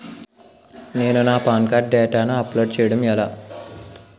నేను నా PAN card డేటాను అప్లోడ్ చేయడం ఎలా?